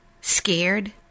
Scared